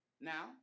Now